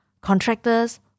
contractors